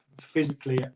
physically